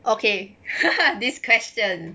okay this question